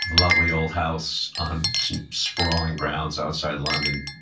lovely old house on some sprawling grounds outside london,